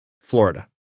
Florida